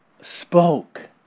spoke